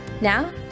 Now